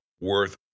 worth